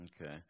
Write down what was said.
Okay